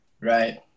right